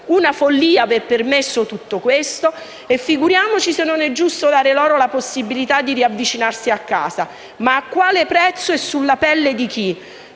una follia aver permesso tutto questo e figuriamoci se non è giusto dar loro la possibilità di riavvicinarsi a casa. Ma a quale prezzo e sulla pelle di chi?